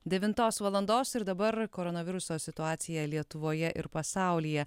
devintos valandos ir dabar koronaviruso situacija lietuvoje ir pasaulyje